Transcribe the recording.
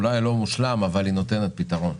אולי לא מושלם אבל היא נותנת פתרון,